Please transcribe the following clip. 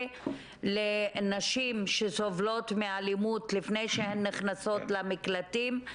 לנשים שסובלות מאלימות לפני שהן נכנסות למקלטים.